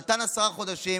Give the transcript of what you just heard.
הוא נתן עשרה חודשים.